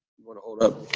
want to hold up?